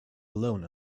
alone